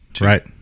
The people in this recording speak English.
right